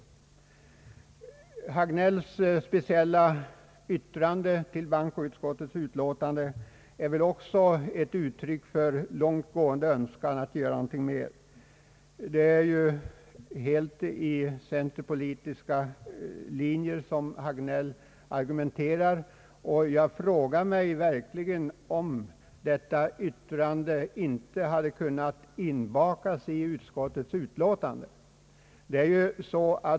Herr Hagnells särskilda yttrande till bankoutskottets utlåtande är väl också uttryck för en långt gående önskan att göra något mer, Det är ju helt efter centerpolitiska linjer som herr Hagnell argumentierar, och jag frågar mig verkligen om detta yttrande inte hade kunnat inbakas i utskottets utlåtande.